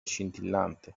scintillante